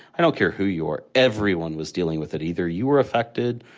i don't care who you were, everyone was dealing with it. either you were affected,